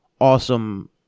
awesome